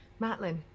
Matlin